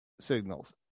signals